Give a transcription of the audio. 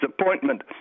appointment